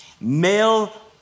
male